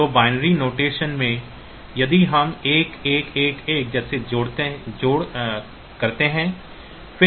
तो binary notation में यदि हम 1 1 1 1 जैसे जोड़ करते हैं